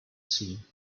scene